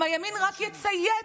אם הימין רק יצייץ,